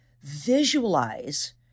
visualize